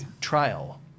trial